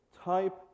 type